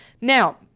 Now